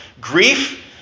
grief